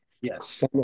Yes